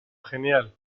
genial